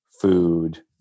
food